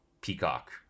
peacock